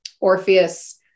Orpheus